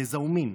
גזע ומין,